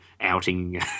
outing